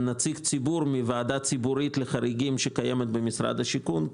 נציג ציבור מוועדה ציבורית לחריגים שקיימת במשרד השיכון.